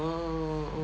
uh